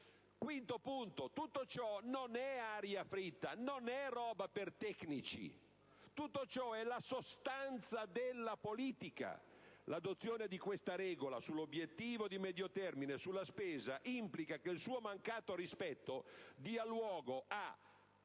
Quinto punto. Tutto ciò non è aria fritta, non è roba per tecnici: tutto ciò è la sostanza della politica. L'adozione di questa regola sull'obiettivo di medio termine e sulla spesa implica che il suo mancato rispetto dia luogo: